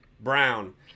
brown